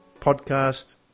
Podcast